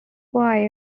boy